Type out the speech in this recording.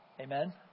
Amen